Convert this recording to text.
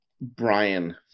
Brian